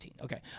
okay